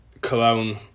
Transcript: Cologne